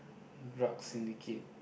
drug syndicate